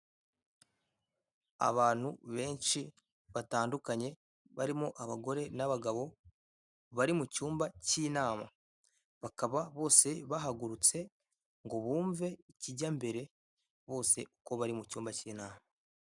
Abantu benshi batandukanye barimo abagore n'abagabo, bari mu cyumba cy'inama bakaba bose bahagurutse ngo bumve ikijya mbere, bose uko bari mu cyumba cy'inama.